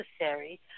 necessary